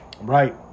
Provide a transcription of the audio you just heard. Right